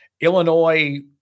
Illinois